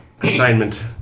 Assignment